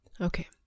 Okay